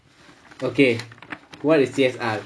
okay what is C_S_R